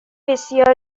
بسیار